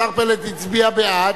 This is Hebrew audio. השר פלד הצביע בעד,